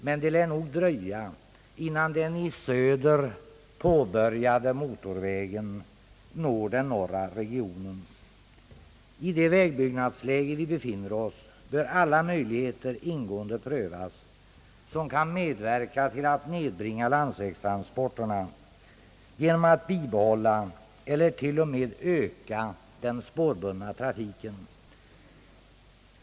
Men det lär dröja, innan den i söder påbörjade motorvägen når den norra regionen. I det vägbyggnadsläge vi befinner oss i bör alla möjligheter ingående prövas, som kan medverka till att nedbringa landsvägstransporterna genom att bibehålla eller t.o.m. öka den spårbundna trafiken.